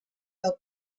del